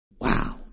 Wow